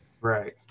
right